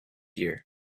year